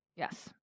Yes